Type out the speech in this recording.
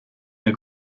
der